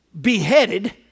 beheaded